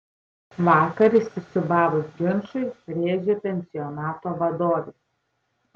vakar įsisiūbavus ginčui rėžė pensionato vadovė